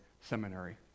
Seminary